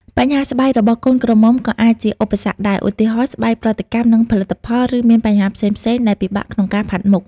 បញ្ហាស្បែករបស់កូនក្រមុំក៏អាចជាឧបសគ្គដែរ ឧទាហរណ៍ ស្បែកប្រតិកម្មនឹងផលិតផល ឬមានបញ្ហាផ្សេងៗដែលពិបាកក្នុងការផាត់មុខ។